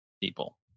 people